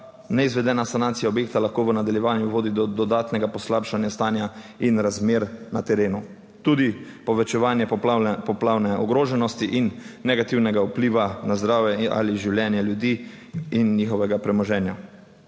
Neizvedena sanacija objekta lahko v nadaljevanju vodi do dodatnega poslabšanja stanja in razmer na terenu tudi povečevanje poplavne ogroženosti in negativnega vpliva na zdravje ali življenje ljudi in njihovega premoženja.